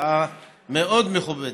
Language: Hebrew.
הצעה מאוד מכובדת,